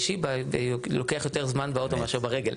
לשיבא, לוקח יותר זמן באוטו מאשר ברגל,